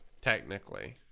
Technically